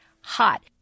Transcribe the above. hot